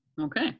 Okay